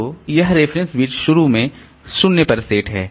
तो यह संदर्भ बिट शुरू में 0 पर सेट है